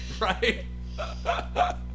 Right